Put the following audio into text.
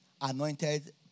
anointed